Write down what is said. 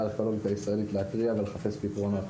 הארכיאולוגית הישראלית להתריע ולחפש פתרונות,